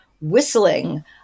whistling